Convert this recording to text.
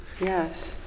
Yes